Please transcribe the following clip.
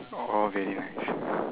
orh okay I see